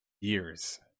years